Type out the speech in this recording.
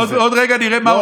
עוד רגע נראה מה עושים.